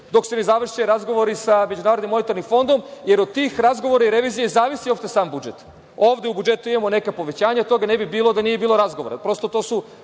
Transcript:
dok se ne završe razgovori sa MMF-om, jer od tih razgovora i revizije zavisi uopšte sam budžet. Ovde u budžetu imamo neka povećanja, a toga ne bi bilo da nije bilo razgovora.